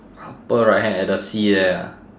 upper right hand at the sea there ah